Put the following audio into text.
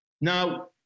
Now